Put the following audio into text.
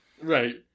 Right